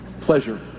pleasure